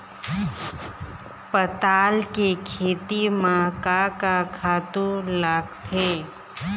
पताल के खेती म का का खातू लागथे?